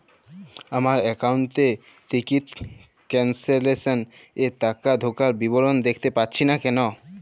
আমার একাউন্ট এ ticket cancellation এর টাকা ঢোকার বিবরণ দেখতে পাচ্ছি না কেন?